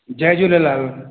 Jay Jhulelal